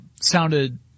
sounded